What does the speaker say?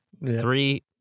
three